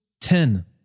ten